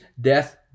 death